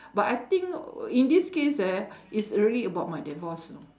but I think w~ in this case ah it's really about my divorce you know